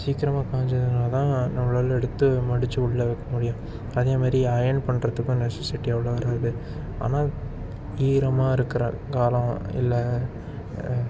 சீக்கிரமாக காஞ்சதுனால தான் நம்மளால் எடுத்து மடித்து உள்ளே வைக்க முடியும் அதேமாதிரி அயன் பண்ணுறதுக்கு நெசசிட்டி அவ்வளோ வராது ஆனால் ஈரமாக இருக்கிற காலம் இல்லை